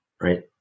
Right